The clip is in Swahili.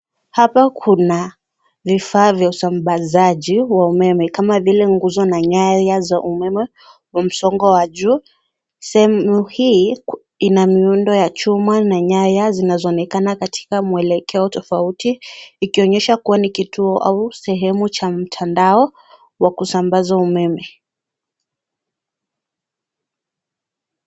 Hapa kuna vifaa vya usambazaji wa umeme kama vile nguzo na nyaya za umeme wa msongo wa juu. Sehemu hii ina miundo ya chuma na nyaya zinazoonekana katika mwelekeo tofauti, ikionyesha kuwa ni kituo au sehemu cha mtandao wa kusambaza umeme.